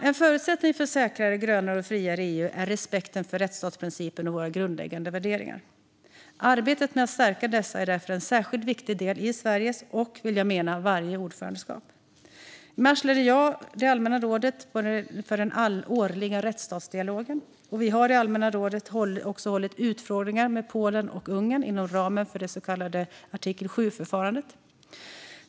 En förutsättning för ett säkrare, grönare och friare EU är respekten för rättsstatsprincipen och våra grundläggande värderingar. Arbetet med att stärka dessa är därför en särskilt viktig del av Sveriges och - vill jag mena - varje ordförandeskap. I mars ledde jag i allmänna rådet den årliga rättstatsdialogen. Vi har i allmänna rådet också hållit utfrågningar med Polen och Ungern inom ramen för det så kallade artikel 7-förfarandet.